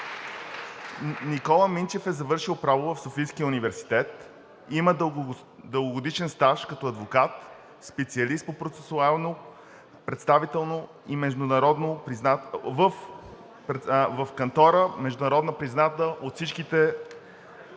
Никола Минчев е завършил право в Софийския университет. Има дългогодишен стаж като адвокат, специалист по процесуално представителство в кантора – международно призната от всички